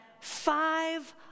Five